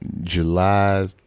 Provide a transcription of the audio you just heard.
July